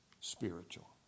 spiritual